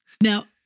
Now